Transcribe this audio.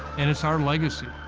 and it's our legacy.